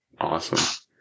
Awesome